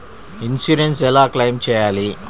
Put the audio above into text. Insurance ఎలా claim చేయాలి?